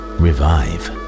revive